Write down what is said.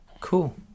cool